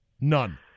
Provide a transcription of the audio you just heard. None